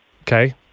Okay